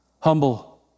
Humble